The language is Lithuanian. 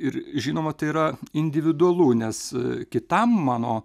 ir žinoma tai yra individualu nes kitam mano